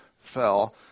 fell